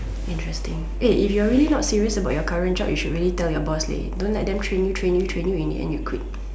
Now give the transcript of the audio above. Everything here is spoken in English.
interesting eh if you are really not serious about your current job you should tell your boss leh don't let them train you train you train you in the end you quit